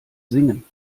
singen